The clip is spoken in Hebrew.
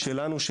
מתפקדים,